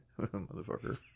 Motherfucker